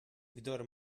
kdor